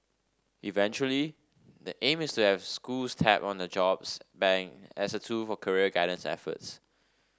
eventually the aim is to have schools tap on the jobs bank as a tool for career guidance efforts